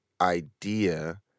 idea